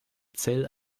zell